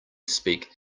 speak